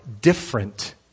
different